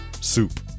soup